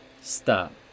stop